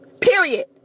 Period